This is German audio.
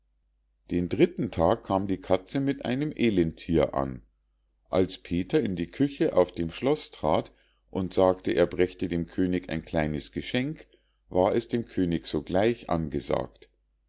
den dritten tag kam die katze mit einem elenthier an als peter in die küche auf dem schloß trat und sagte er brächte dem könig ein kleines geschenk ward es dem könig sogleich angesagt